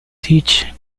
teach